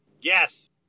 Yes